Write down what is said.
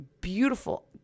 beautiful